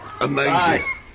Amazing